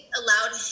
allowed